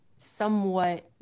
somewhat